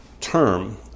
term